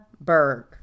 Berg